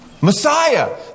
Messiah